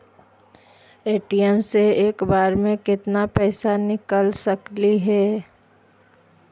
ATM से एक बार मे केत्ना पैसा निकल सकली हे?